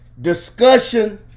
discussion